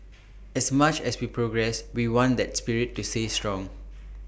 as much as we progress we want that spirit to stay strong